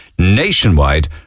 ...nationwide